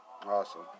awesome